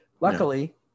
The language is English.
luckily